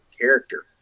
character